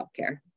healthcare